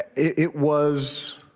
it was